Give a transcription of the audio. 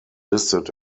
listed